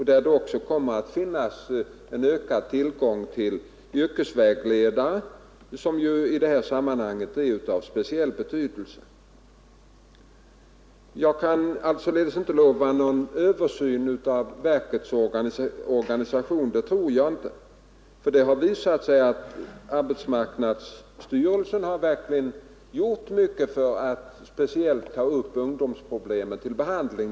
Där kommer också att finnas en ökad tillgång till yrkesvägledare och förmedlare som just i detta sammanhang är av speciell betydelse. Jag kan således inte lova någon översyn av verkets organisation, och den behövs inte. Det har ju visat sig att arbetsmarknadsstyrelsen verkligen har gjort mycket för att speciellt ta upp ungdomsproblemen till behandling.